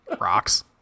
rocks